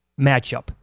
matchup